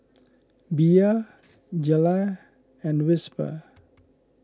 Bia Gelare and Whisper